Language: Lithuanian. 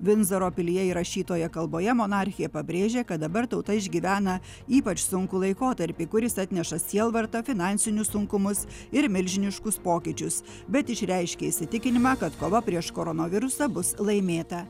vinzoro pilyje įrašytoje kalboje monarchė pabrėžia kad dabar tauta išgyvena ypač sunkų laikotarpį kuris atneša sielvartą finansinius sunkumus ir milžiniškus pokyčius bet išreiškė įsitikinimą kad kova prieš koronavirusą bus laimėta